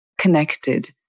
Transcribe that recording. connected